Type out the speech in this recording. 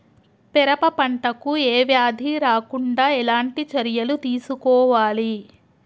పెరప పంట కు ఏ వ్యాధి రాకుండా ఎలాంటి చర్యలు తీసుకోవాలి?